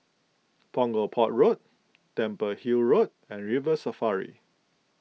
Punggol Port Road Temple Hill Road and River Safari